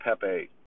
Pepe